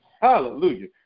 Hallelujah